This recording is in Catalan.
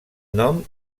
nom